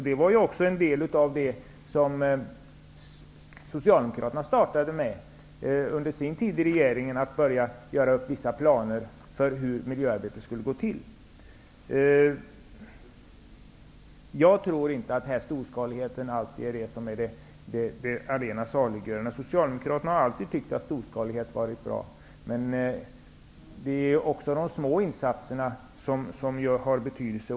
Det var också en del av det som Socialdemokraterna startade under sin tid i regeringen, dvs. att börja göra upp vissa planer för hur miljöarbetet skulle gå till. Jag tror inte att denna storskalighet alltid är det allena saliggörande. Socialdemokraterna har alltid tyckt att storskalighet har varit bra. Men också de små insatserna har betydelse.